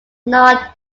not